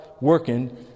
working